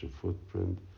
footprint